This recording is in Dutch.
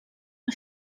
een